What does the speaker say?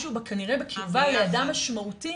משהו כנראה בקרבה לאדם משמעותי